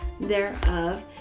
thereof